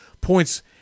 points